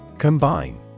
Combine